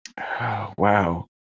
Wow